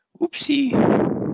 Oopsie